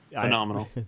phenomenal